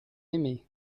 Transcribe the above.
aimé